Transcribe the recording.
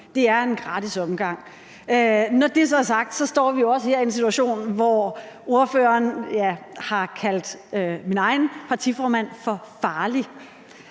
Det er en gratis omgang. Når det så er sagt, står vi jo også her i en situation, hvor ordføreren har kaldt min egen partiformand for farlig.